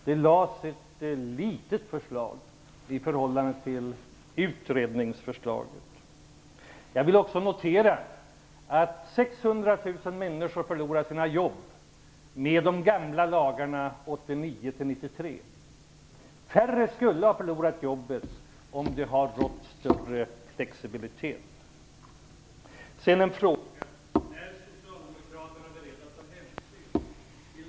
Det lades fram ett litet förslag i förhållande till utredningsförslaget. Jag kan också notera att 600 000 människor förlorade sina jobb med de gamla lagarna 1989-1993. Färre skulle ha förlorat jobbet om det hade rått större flexibilitet. Sedan vill jag ställa en fråga.